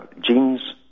genes